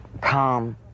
calm